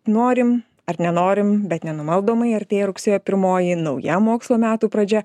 norim ar nenorim bet nenumaldomai artėja rugsėjo pirmoji nauja mokslo metų pradžia